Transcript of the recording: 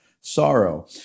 sorrow